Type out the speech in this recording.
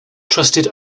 trusted